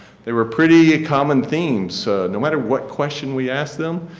they were pretty ah common themes no matter what question we ask them,